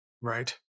right